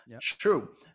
true